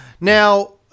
Now